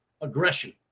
aggression